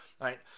right